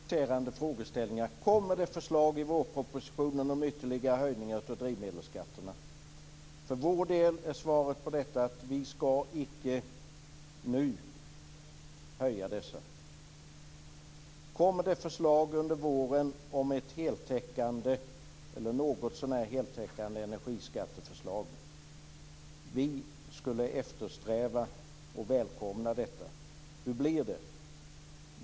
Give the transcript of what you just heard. Fru talman! Får jag upprepa mina frågeställningar. Kommer det förslag i vårpropositionen om ytterligare höjningar av drivmedelsskatterna? För vår del är svaret på detta att vi ska icke nu höja dessa. Kommer det förslag under våren om ett heltäckande, eller någotsånär heltäckande, energiskatteförslag? Vi skulle eftersträva och välkomna detta. Hur blir det?